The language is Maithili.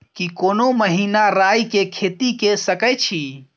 की कोनो महिना राई के खेती के सकैछी?